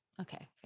okay